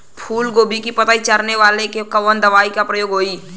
फूलगोभी के पतई चारे वाला पे कवन दवा के प्रयोग होई?